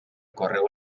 correu